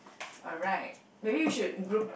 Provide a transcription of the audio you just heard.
alright maybe we should group